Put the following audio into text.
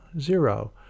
Zero